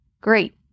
Great